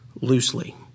loosely